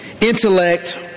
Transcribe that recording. intellect